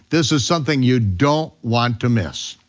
this is something you don't want to miss.